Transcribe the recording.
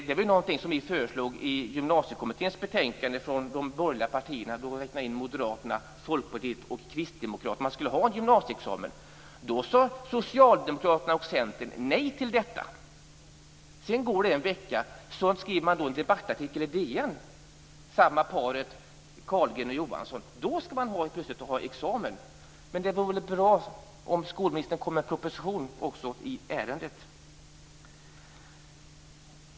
Det var något som vi i de borgerliga partierna - där räknar jag in Moderaterna, Folkpartiet och Kristdemokraterna - föreslog i gymnasiekommitténs betänkande. Vi föreslog att man skulle ha en gymnasieexamen. Då sade Socialdemokraterna och Sedan går det en vecka innan samma par, Carlgren och Johansson, skriver en debattartikel i DN. Plötsligt skall man ha en examen. Men då vore det väl bra om skolministern också kom med en proposition i ärendet.